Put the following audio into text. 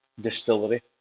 distillery